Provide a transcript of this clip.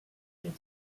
treat